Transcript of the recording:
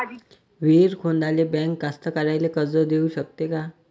विहीर खोदाले बँक कास्तकाराइले कर्ज देऊ शकते का?